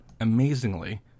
Amazingly